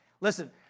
Listen